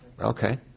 Okay